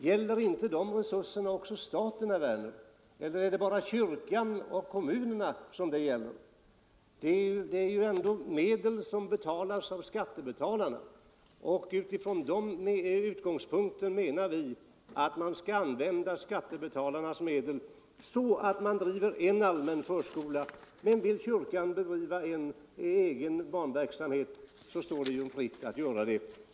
Gäller inte de resurserna också staten, herr Werner? Gäller de bara kyrkan och kommunerna? Det är ändå medel som kommer från skattebetalarna. Från den utgångspunkten menar vi att man skall använda skattebetalarnas medel till att driva en allmän förskola. Men om kyrkan vill driva en egen barnverksamhet står det den fritt att göra det.